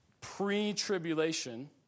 pre-tribulation